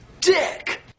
dick